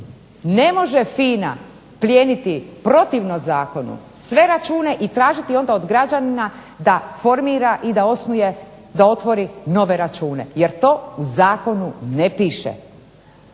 Ne može FINA plijeniti protivno zakonu sve računa i tražiti onda od građanina da formira i da otvori nove račune, jel to u zakonu ne piše.